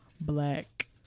black